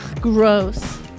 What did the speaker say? gross